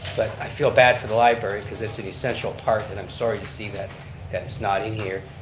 but i feel bad for the library cause it's an essential part and i'm sorry to see that that it's not in here.